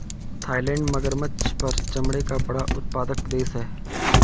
Thailand मगरमच्छ पर चमड़े का बड़ा उत्पादक देश है